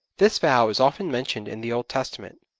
this vow is often mentioned in the old testament.